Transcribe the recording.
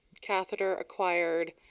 catheter-acquired